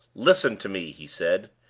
listen to me! he said.